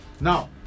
Now